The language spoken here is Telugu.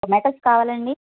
టొమాటోస్ కావాలాండి